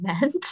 meant